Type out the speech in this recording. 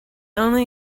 only